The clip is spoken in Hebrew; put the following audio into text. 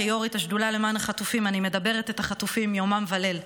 כיו"רית השדולה למען החטופים אני מדברת את החטופים יומם וליל.